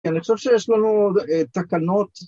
‫אני חושב שיש לנו תקנות.